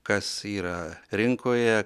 kas yra rinkoje